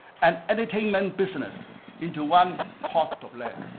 and entertainment business into one part of land.